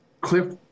cliff